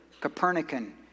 Copernican